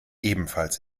ebenfalls